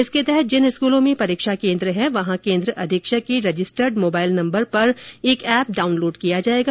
इसके तहत जिन स्कूलों में परीक्षा केंद्र हैं वहां केंद्र अधीक्षक के रजिस्टर्ड मोबाइल नंबर पर एक ऐप डाउनलोड किया जाएगा